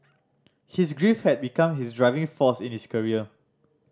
his grief had become his driving force in his career